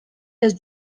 els